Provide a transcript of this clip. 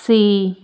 C